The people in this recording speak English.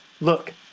Look